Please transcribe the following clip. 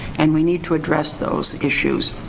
and we need to address those issues.